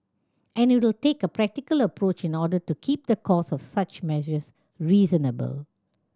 and it will take a practical approach in order to keep the cost of such measures reasonable